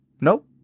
nope